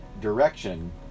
direction